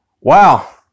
Wow